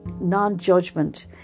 non-judgment